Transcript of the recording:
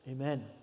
amen